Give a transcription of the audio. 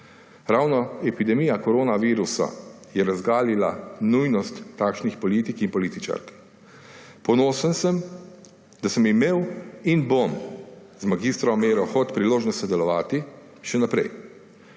Ravno epidemija koronavirusa je razgalila nujnost takšnih politik in političark. Ponosen sem, da sem imel in bom imel z mag. Meiro Hot priložnost sodelovati še naprej.